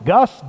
Gus